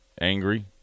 angry